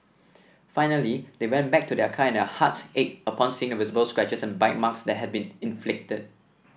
finally they went back to their car and their hearts ached upon seeing the visible scratches and bite marks that had been inflicted